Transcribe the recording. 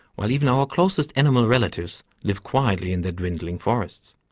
while even our closest animal relatives live quietly in their dwindling forests.